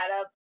up